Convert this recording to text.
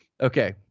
Okay